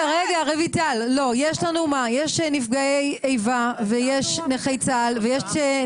הם לא יצאו מכאן במשך 15